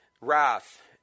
Wrath